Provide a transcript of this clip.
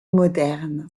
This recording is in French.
moderne